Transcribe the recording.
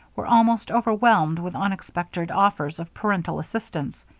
were almost overwhelmed with unexpected offers of parental assistance.